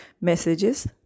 messages